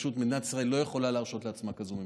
שמדינת ישראל פשוט לא יכולה להרשות לעצמה כזאת ממשלה.